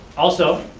also,